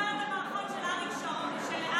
זוכר את המערכון של אריק איינשטיין,